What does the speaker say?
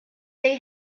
they